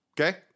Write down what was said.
Okay